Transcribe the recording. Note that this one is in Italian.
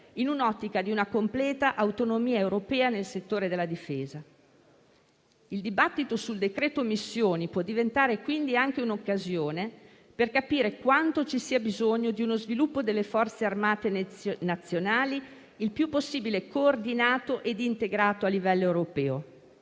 in un'ottica di una completa autonomia europea nel settore della difesa. Il dibattito sul decreto missioni può diventare quindi anche un'occasione per capire quanto ci sia bisogno di uno sviluppo delle Forze armate nazionali il più possibile coordinato ed integrato a livello europeo.